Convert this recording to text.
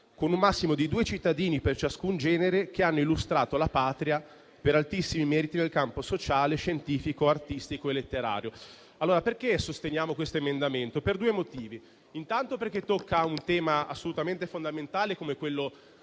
con un massimo di due cittadini per ciascun genere, che hanno illustrato la Patria per altissimi meriti nel campo sociale, scientifico, artistico e letterario». Perché sosteniamo questo emendamento? Lo sosteniamo per due motivi. Intanto, tocca un tema assolutamente fondamentale come quello